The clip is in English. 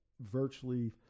virtually